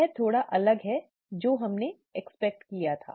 यह थोड़ा अलग है जो हमने एक्सपेक्ट किया था